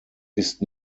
ist